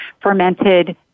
fermented